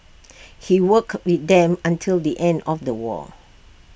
he worked with them until the end of the war